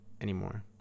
anymore